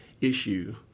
issue